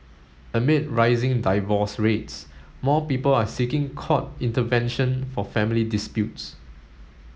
amid rising divorce rates more people are seeking court intervention for family disputes